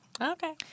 Okay